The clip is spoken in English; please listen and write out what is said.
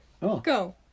Go